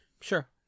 sure